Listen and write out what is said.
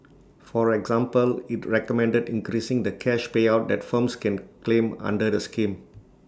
for example IT recommended increasing the cash payout that firms can claim under the scheme